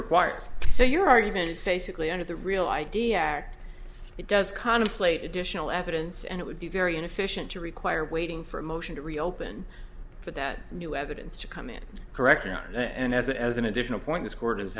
required so your argument is basically under the real i d act it does contemplate additional evidence and it would be very inefficient to require waiting for a motion to reopen for that new evidence to come in correct or not and as a as an additional point this court